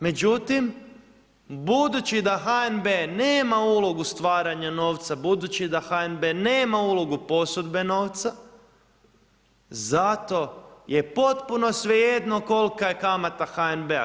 Međutim, budući da HNB nema ulogu stvaranja novca, budući da HNB nema ulogu posudbe novca zato je potpuno svejedno kolika je kamata HNB-a.